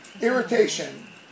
Irritation